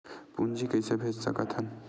पूंजी कइसे भेज सकत हन?